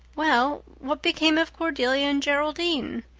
well, what became of cordelia and geraldine?